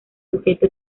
sujeto